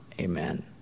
Amen